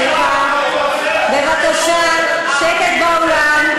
סליחה, בבקשה שקט באולם.